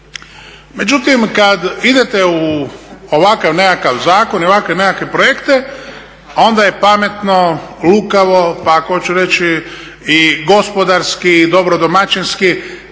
Međutim, kada idete u ovakav nekakav zakon i ovakve nekakve projekte, onda je pametno, lukavo, pa ako hoću reći i gospodarski, dobro domaćinski raspitati